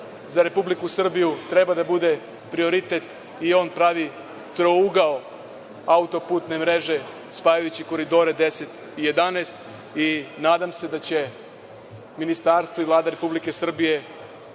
za Republiku Srbiju treba da bude prioritet i on pravi trougao auto-putne mreže spajajući Koridore 10 i 11 i nadam se da će Ministarstvo i Vlada Republike Srbije